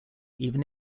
even